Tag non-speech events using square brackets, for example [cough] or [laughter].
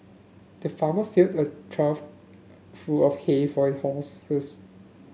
the farmer filled a trough full of hay for [unintelligible] horses